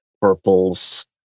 purples